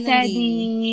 Teddy